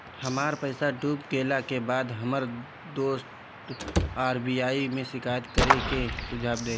हमर पईसा डूब गेला के बाद हमर दोस्त आर.बी.आई में शिकायत करे के सुझाव देहले